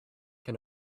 can